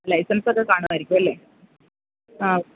licence ഒക്കെ കാണുമായിരിക്കും അല്ലേ ആ